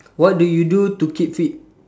what do you do to keep fit